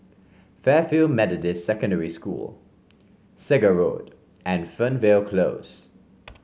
Fairfield Methodist Secondary School Segar Road and Fernvale Close